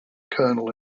colonel